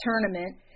tournament